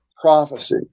prophecy